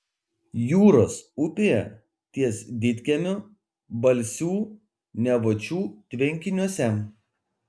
jūros upėje ties didkiemiu balsių nevočių tvenkiniuose